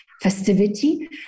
festivity